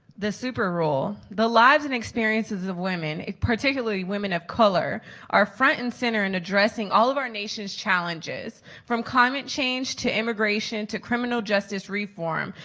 the super rule, the lives and experiences of women particularly women of color are front and center in addressing all of our nations challenges from climate change to immigration to criminal justice reform,